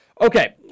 okay